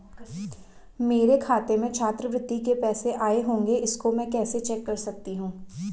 मेरे खाते में छात्रवृत्ति के पैसे आए होंगे इसको मैं कैसे चेक कर सकती हूँ?